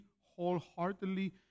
wholeheartedly